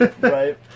Right